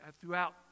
Throughout